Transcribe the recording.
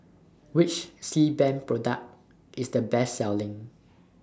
Which Sebamed Product IS The Best Selling